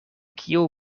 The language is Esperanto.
kiu